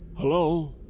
Hello